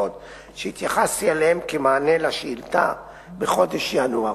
שהתייחסתי אליהן כמענה על שאילתא בחודש ינואר: